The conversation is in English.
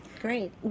great